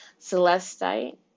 Celestite